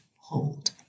hold